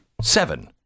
Seven